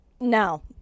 No